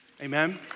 Amen